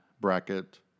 bracket